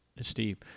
Steve